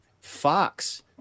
Fox